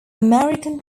american